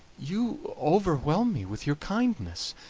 you overwhelm me with your kindness.